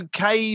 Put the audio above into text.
UK